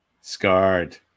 Scarred